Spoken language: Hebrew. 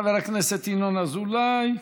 חבר הכנסת ינון אזולאי,